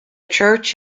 church